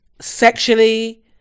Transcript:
sexually